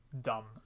dumb